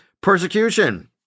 persecution